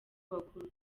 bakuru